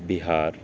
بہار